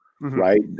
right